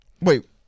Wait